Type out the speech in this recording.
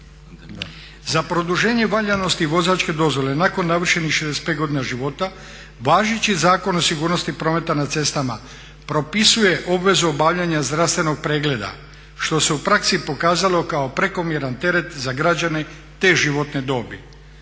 Za produženje valjanosti vozačke dozvole nakon navršenih 65 godina života važeći Zakon o sigurnosti prometa na cestama propisuje obvezu obavljanja zdravstvenog pregleda što se u praksi pokazalo kao prekomjeran teret za građane te životne dobi